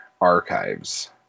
archives